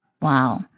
Wow